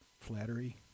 Flattery